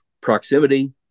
proximity